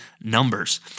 numbers